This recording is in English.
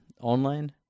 online